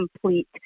complete